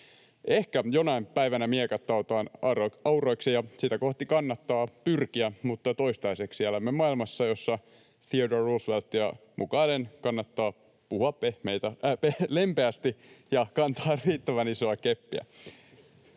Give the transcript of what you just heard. Ehkä jonain päivänä miekat taotaan auroiksi, ja sitä kohti kannattaa pyrkiä, mutta toistaiseksi elämme maailmassa, jossa Theodore Rooseveltia mukaillen kannattaa puhua pehmeitä... — puhua lempeästi ja kantaa riittävän isoa keppiä.